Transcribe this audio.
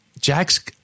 Jack's